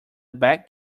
back